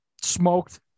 smoked